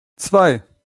zwei